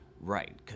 Right